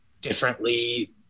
differently